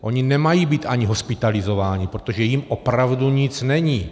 Oni nemají být ani hospitalizováni, protože jim opravdu nic není.